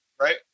right